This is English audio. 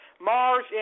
Mars